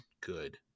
good